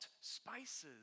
spices